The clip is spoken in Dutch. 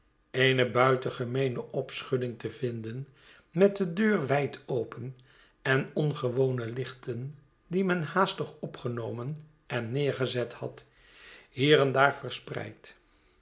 eene buitengemeene opschudding te vinden met de deur wyd open en ongewone lichten die men haastig opgenomen en neergezet had hier en daar verspreid